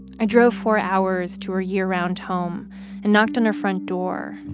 i drove four hours to her year-round home and knocked on her front door.